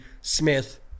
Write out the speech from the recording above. Smith